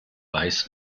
weiß